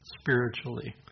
spiritually